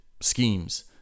schemes